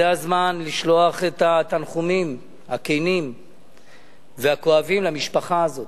זה הזמן לשלוח את התנחומים הכנים והכואבים למשפחה הזאת,